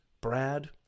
Brad